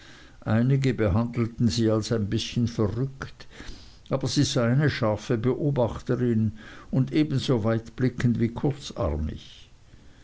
einige behandelten sie als ein bißchen verrückt aber sie sei eine scharfe beobachterin und ebenso weitblickend wie kurzarmig